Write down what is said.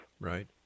Right